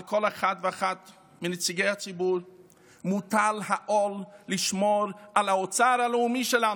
על כל אחד ואחת מנציגי הציבור מוטל העול לשמור על האוצר הלאומי שלנו,